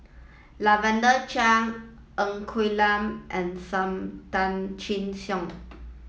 Lavender Chang Ng Quee Lam and Sam Tan Chin Siong